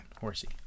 Horsey